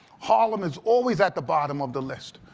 harlem is always at the bottom of the list.